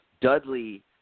Dudley